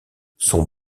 son